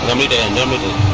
to a limited